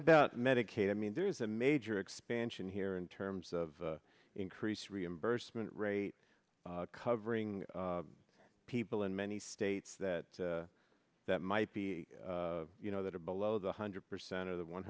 about medicaid i mean there is a major expansion here in terms of increased reimbursement rates covering people in many states that that might be you know that are below the hundred percent of the one